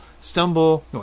stumble